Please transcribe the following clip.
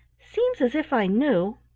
seems as if i knew,